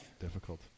Difficult